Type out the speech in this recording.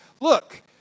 look